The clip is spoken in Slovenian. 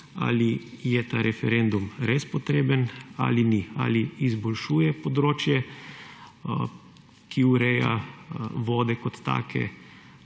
ali je ta referendum res potreben ali ni, ali izboljšuje področje, ki ureja vode kot take,